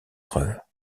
preuves